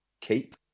keep